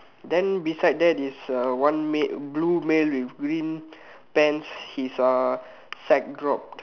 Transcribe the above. then beside that is a one male blue male with green pants his uh side dropped